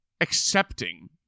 accepting